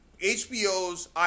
HBO's